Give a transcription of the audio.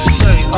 say